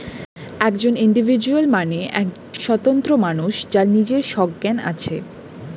একজন ইন্ডিভিজুয়াল মানে এক স্বতন্ত্র মানুষ যার নিজের সজ্ঞান আছে